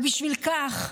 ובשביל כך,